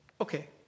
Okay